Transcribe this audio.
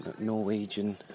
Norwegian